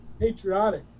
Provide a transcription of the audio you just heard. patriotic